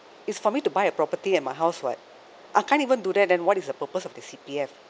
it's for me to buy a property and my house [what] I can't even do that then what is the purpose of the C_P_F